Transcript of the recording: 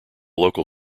local